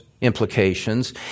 implications